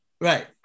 Right